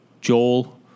Joel